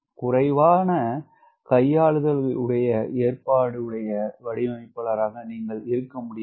குறைவான கையாளுதலுடைய ஏற்பாடுடைய வடிவமைப்பாராக நீங்கள் இருக்க முடியாது